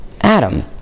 Adam